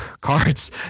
cards